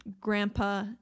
grandpa